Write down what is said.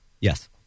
Yes